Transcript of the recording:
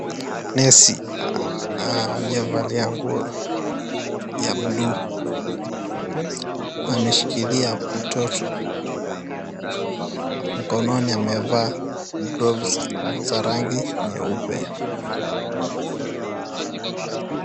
Nesi aliyevalia nguo ya buluu ameshikilia mtoto. Mkononi amevaa glovu za rangi nyeupe.